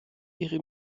ihre